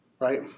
right